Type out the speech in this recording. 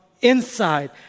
inside